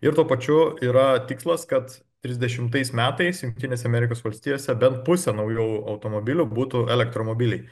ir tuo pačiu yra tikslas kad trisdešimtais metais jungtinėse amerikos valstijose bent pusė naujų automobilių būtų elektromobiliai